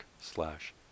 slash